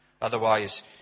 otherwise